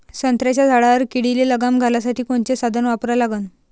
संत्र्याच्या झाडावर किडीले लगाम घालासाठी कोनचे साधनं वापरा लागन?